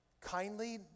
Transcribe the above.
Kindly